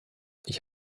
ich